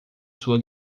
sua